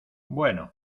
bueno